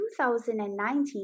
2019